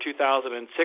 2006